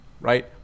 right